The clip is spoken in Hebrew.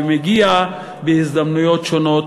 ומגיע בהזדמנויות שונות,